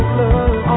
love